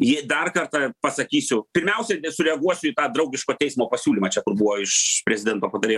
dar kartą pasakysiu pirmiausia nesureaguosiu į tą draugiško teismo pasiūlymą čia kur buvo iš prezidento patarėjos